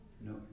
no